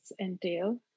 entail